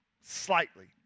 slightly